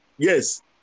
Yes